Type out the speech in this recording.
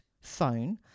phone